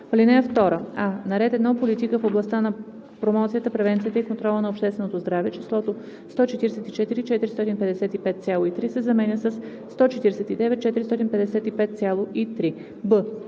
В ал. 2: а) на ред 1. „Политика в областта на промоцията, превенцията и контрола на общественото здраве“ числото „144 455,3“ се заменя със „149 455,3“.